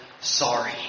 Sorry